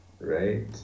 right